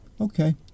Okay